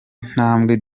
ntambwe